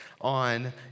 on